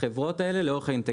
החברות האלה לאורך האינטגרציה.